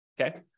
okay